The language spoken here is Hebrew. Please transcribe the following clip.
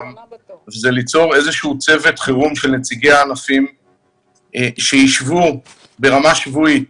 וזה ליצור איזשהו צוות חירום של נציגי הענפים שישבו ברמה שבועית